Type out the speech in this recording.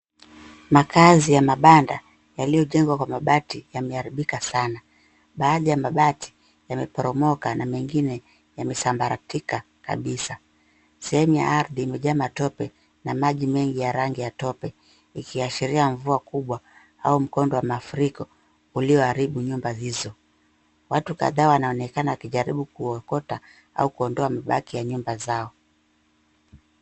Makaazi ya mabanda yaliyojengwa kwa mabati yameharibika sana. Baadhi ya mabati yameporomoka na mengine yamesambaratika kabisa. Sehemu ya ardhi imejaa matope na maji mengi ya rangi tope, ikiashiria mvua kubwa au mkondo wa mafuriko ulioharibu nyumba hizo. Watu kadhaa wanaonekana wakijaribu kuokota au kuondoa mabaki ya nyumba zao.